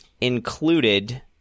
included